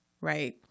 right